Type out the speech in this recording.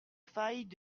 failles